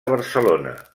barcelona